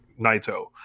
Naito